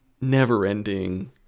never-ending